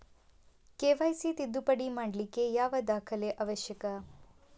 KYC ತಿದ್ದುಪಡಿ ಮಾಡ್ಲಿಕ್ಕೆ ಯಾವ ದಾಖಲೆ ಅವಶ್ಯಕ?